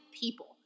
people